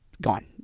gone